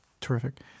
terrific